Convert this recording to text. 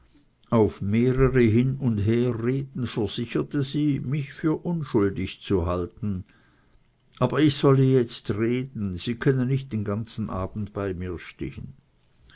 auf mehrere hin und herreden versicherte sie mich für unschuldig zu halten aber ich solle jetzt reden sie könnte nicht den ganzen abend bei mir stehen